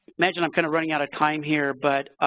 imagine i'm kind of running out of time here, but,